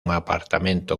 apartamento